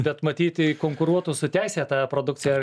bet matyti konkuruotų su teisėta produkcija